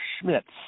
Schmitz